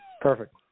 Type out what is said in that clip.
Perfect